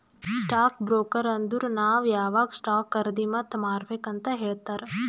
stock broker ಅಂದುರ್ ನಾವ್ ಯಾವಾಗ್ ಸ್ಟಾಕ್ ಖರ್ದಿ ಮತ್ ಮಾರ್ಬೇಕ್ ಅಂತ್ ಹೇಳ್ತಾರ